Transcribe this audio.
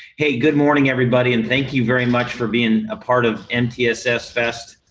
hey, good morning everybody and thank you very much for being a part of mtss fest.